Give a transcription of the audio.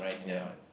ya